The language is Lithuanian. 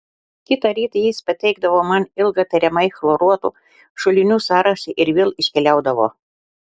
kitą rytą jis pateikdavo man ilgą tariamai chloruotų šulinių sąrašą ir vėl iškeliaudavo